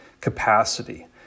capacity